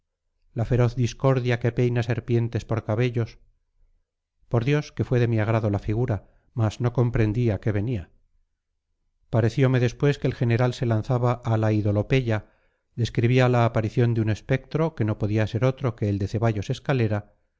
la feroz discordia que peina serpientes por cabellos por dios que fue de mi agrado la figura mas no comprendí a qué venía pareciome después que el general se lanzaba a la idolopeya describía la aparición de un espectro que no podía ser otro que el de ceballos escalera